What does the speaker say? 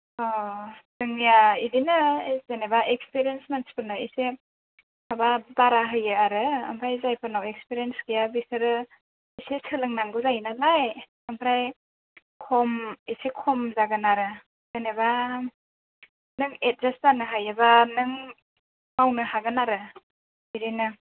अ जोंनिया बेदिनो जेनेबा एक्सपिरियेन्स मानसिफोरनो एसे माबा बारा होयो आरो ओमफाय जायफोरनाव एक्सपिरियेन्स गैया बेसोरो एसे सोलोंनांगौ जायो नालाय ओमफ्राय खम एसे खम जागोन आरो जेनेबा नों एडजास्ट जानो हायोब्ला नों मावनो हागोन आरो बिदिनो